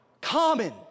Common